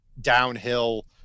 downhill